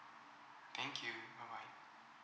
thank you bye bye